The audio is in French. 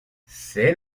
c’est